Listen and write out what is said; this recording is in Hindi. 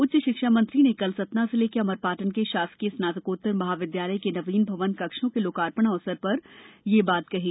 उच्च शिक्षा मंत्री ने कल सतना जिले के अमरपाटन के शासकीय स्नातकोत्तर महाविद्यालय के नवीन भवन कक्षों के लोकार्पण अवसर पर ये बात कही